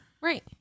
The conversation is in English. right